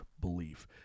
belief